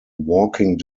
walking